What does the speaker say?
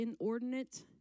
inordinate